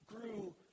grew